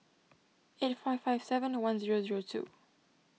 eight five five seven one zero zero two